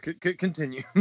Continue